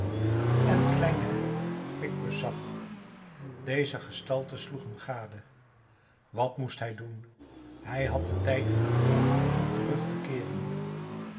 en kleine picpus zag deze gestalte sloeg hem gade wat moest hij doen hij had den tijd niet meer om terug te keeren